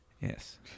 yes